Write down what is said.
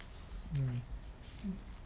mm